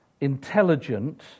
intelligent